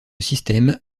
système